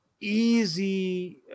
easy